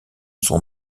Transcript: son